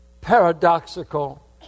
paradoxical